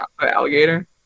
alligator